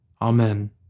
Amen